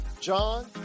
John